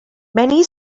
many